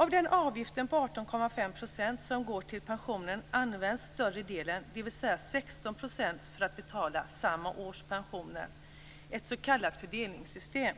Av den avgiften på 18,5 % som går till pensionen används större delen, dvs. 16 %, till att betala samma års pensioner, ett s.k. fördelningssystem.